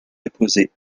déposé